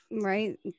right